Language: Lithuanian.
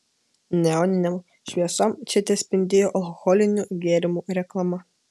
neoninėm šviesom čia tespindėjo alkoholinių gėrimų reklama